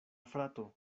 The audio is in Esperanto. frato